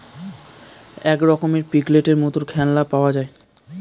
এক রকমের পিগলেটের মত খেলনা পাওয়া যায়